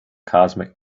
cosmic